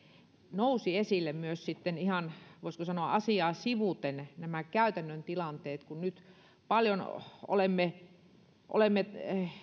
nousi esille myös ihan voisiko sanoa asiaa sivuten nämä käytännön tilanteet kun nyt olemme olemme